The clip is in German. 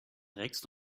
trägst